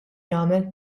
jagħmel